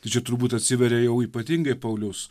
tai čia turbūt atsiveria jau ypatingai pauliaus